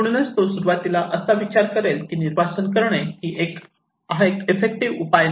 म्हणूनच तो सुरवातीला असा विचार करेल की निर्वासन करणे ही एक ईफेक्टिव्ह उपाय नाही